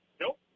Nope